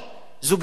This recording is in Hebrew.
זו גזענות.